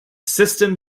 system